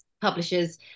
publishers